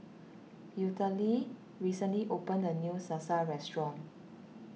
Eulalie recently opened a new Salsa restaurant